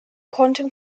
quantum